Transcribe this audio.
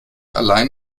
allein